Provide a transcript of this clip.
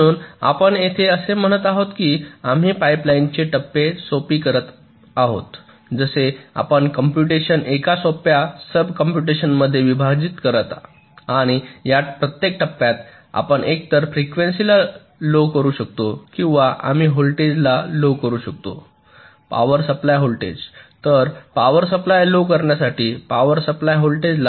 म्हणून आपण येथे असे म्हणत आहोत की आम्ही पाइपलाइनचे टप्पे सोपी बनवित आहोत जसे आपण कॉम्पुटेशन एका सोप्या सब कॉम्पुटेशन मध्ये विभाजित करता आणि या प्रत्येक टप्प्यात आपण एकतर फ्रिक्वेन्सी लो करू शकतो किंवा आम्ही व्होल्टेज लो करू शकतो पॉवर सप्लाय व्होल्टेज